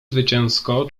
zwycięsko